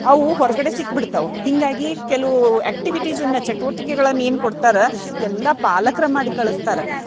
ಅವು ಹೊರಗಡೆ ಸಿಕ್ಬಿಡ್ತವೆ ಹೀಗಾಗಿ ಕೆಲವು ಆ್ಯಕ್ಟಿವಿಟೀಸನ್ನು ಚಟುವಟಿಕೆಗಳನ್ನು ಏನು ಕೊಡ್ತಾರೆ ಎಲ್ಲ ಪಾಲಕ್ರು ಮಾಡಿ ಕಳಿಸ್ತಾರ